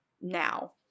now